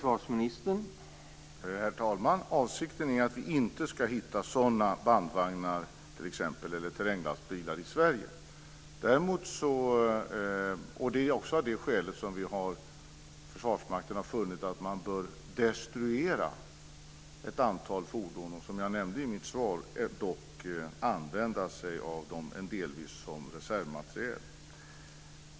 Herr talman! Avsikten är att vi inte ska hitta sådana bandvagnar eller terränglastbilar i Sverige. Det är också av det skälet som Försvarsmakten har funnit att man bör destruera ett antal fordon. Som jag nämnde i min inledning kan man dock använda sig av en del som reservmateriel.